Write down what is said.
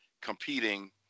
competing